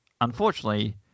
unfortunately